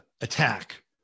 attack